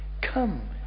Come